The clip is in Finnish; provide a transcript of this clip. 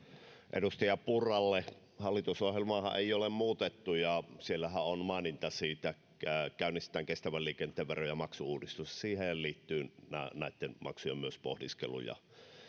edustaja purralle hallitusohjelmaahan ei ole muutettu ja siellähän on maininta siitä että käynnistetään kestävän liikenteen vero ja maksu uudistus siihenhän liittyy myös näiden maksujen